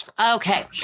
okay